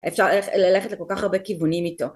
אפשר ללכת לכל כך הרבה כיוונים איתו